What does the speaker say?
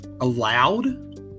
allowed